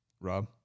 Rob